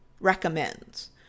recommends